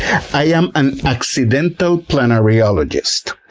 i am an accidental planariologist,